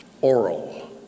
Oral